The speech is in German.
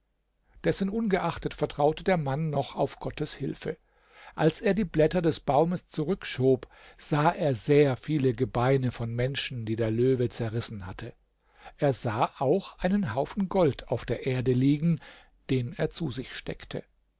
dessen ungeachtet vertraute der mann noch auf gottes hilfe als er die blätter des baumes zurückschob sah er sehr viele gebeine von menschen die der löwe zerrissen hatte er sah auch einen haufen gold auf der erde liegen den er zu sich steckte